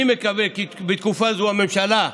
אני מקווה כי בתקופה זו הממשלה,